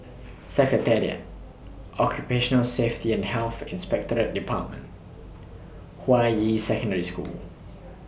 Secretariat Occupational Safety and Health Inspectorate department Hua Yi Secondary School